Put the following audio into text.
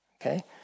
Okay